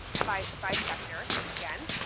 by by sector again.